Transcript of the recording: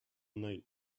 night